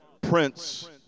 Prince